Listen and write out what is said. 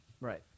Right